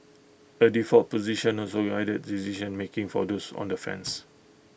A default position also guided decision making for those on the fence